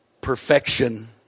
Perfection